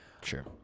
Sure